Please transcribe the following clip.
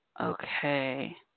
Okay